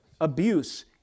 abuse